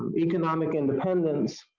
economic independence,